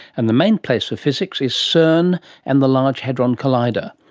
and the main place for physics is cern and the large hadron collider.